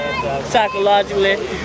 psychologically